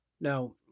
Now